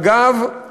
אגב,